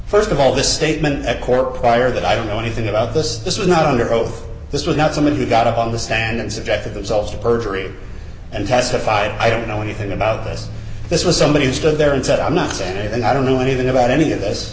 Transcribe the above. here st of all this statement at court prior that i don't know anything about this this was not under oath this was not someone who got on the stand and subject of themselves to perjury and testified i don't know anything about this this was somebody who stood there and said i'm not saying and i don't know anything about any of this